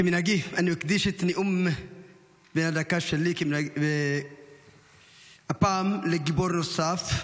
כמנהגי אני מקדיש את נאום הדקה שלי הפעם לגיבור נוסף,